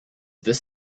this